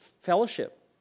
fellowship